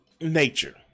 nature